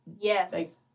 Yes